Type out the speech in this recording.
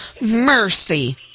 Mercy